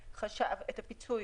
את הפיצוי